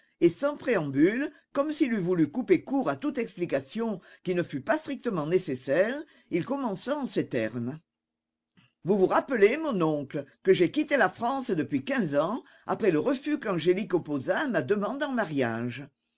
et sans préambule comme s'il eût voulu couper court à toute explication qui ne fût pas strictement nécessaire il commença en ces termes vous vous rappelez mon oncle que j'ai quitté la france depuis quinze ans après le refus qu'angélique opposa à ma demande en mariage